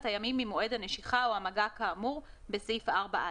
הימים ממועד הנשיכה או המגע כאמור בסעיף 4א,